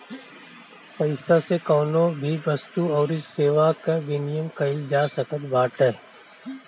पईसा से कवनो भी वस्तु अउरी सेवा कअ विनिमय कईल जा सकत बाटे